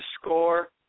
score